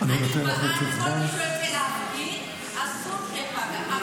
אני בעד שכל מי שיוצא להפגין אסור שיפגע,